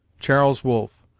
charles wolfe,